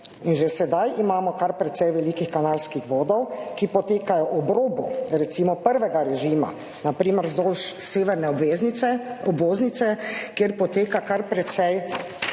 in že sedaj imamo kar precej velikih kanalskih vodov, ki potekajo ob robu, recimo prvega režima, na primer vzdolž severne obvoznice, kjer poteka precej